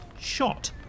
shot